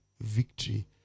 victory